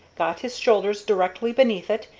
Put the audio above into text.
got his shoulders directly beneath it,